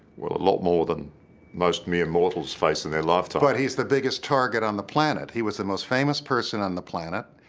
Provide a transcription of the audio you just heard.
well a lot more than most mere mortals face in their lifetime but he's the biggest target on the planet he was the most famous person on the planet.